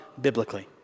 biblically